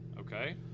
Okay